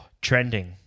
Trending